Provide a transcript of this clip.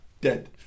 Dead